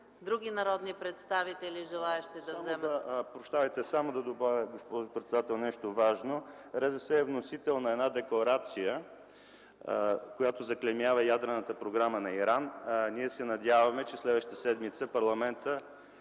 Други народни представители, желаещи да вземат отношение? ЕМИЛ ВАСИЛЕВ: Прощавайте! Само да добавя, госпожо председател, нещо важно – РЗС е вносител на една декларация, която заклеймява ядрената програма на Иран. Ние се надяваме, че следващата седмица парламентът